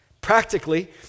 Practically